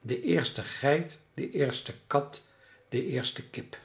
de eerste geit de eerste kat de eerste kip